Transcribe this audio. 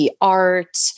art